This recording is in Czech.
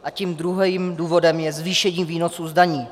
A tím druhým důvodem je zvýšení výnosů z daní.